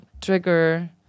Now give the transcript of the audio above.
trigger